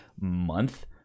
month